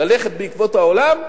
ללכת בעקבות העולם,